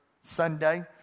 Sunday